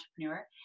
entrepreneur